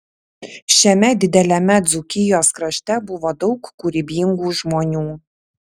šiame dideliame dzūkijos krašte buvo daug kūrybingų žmonių